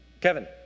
Kevin